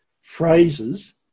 phrases